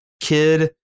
kid